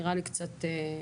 נראה לי קצת מוזר.